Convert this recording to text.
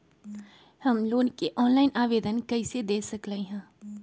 हम लोन के ऑनलाइन आवेदन कईसे दे सकलई ह?